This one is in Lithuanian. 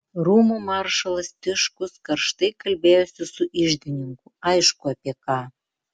rūmų maršalas tiškus karštai kalbėjosi su iždininku aišku apie ką